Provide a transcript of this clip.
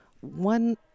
one